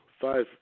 five